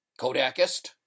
Kodakist